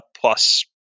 plus